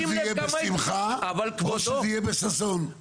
או שזה יהיה בשמחה או שזה יהיה בששון.